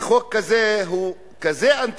כי חוק כזה הוא אנטי-דמוקרטי,